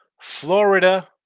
Florida